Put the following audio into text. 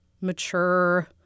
mature